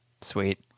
sweet